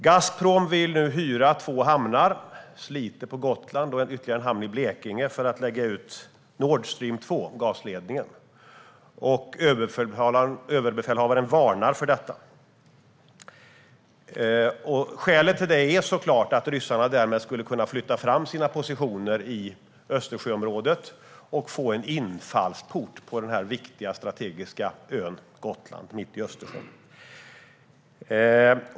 Gazprom vill nu hyra två hamnar, Slite på Gotland och en hamn i Blekinge, för att lägga ut gasledningen Nord Stream 2. Överbefälhavaren varnar för detta. Skälet till det är självklart att ryssarna därmed skulle kunna flytta fram sina positioner i Östersjöområdet och få en infallsport på Gotland, denna strategiskt viktiga ö mitt i Östersjön.